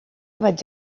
vaig